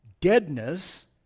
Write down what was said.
deadness